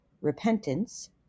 repentance